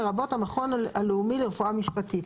לרבות המכון הלאומי לרפואה משפטית,